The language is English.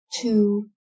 Two